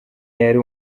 yari